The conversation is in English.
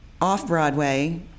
Off-Broadway